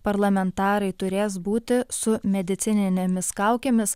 parlamentarai turės būti su medicininėmis kaukėmis